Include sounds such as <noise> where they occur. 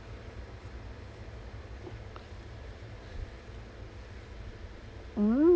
<noise>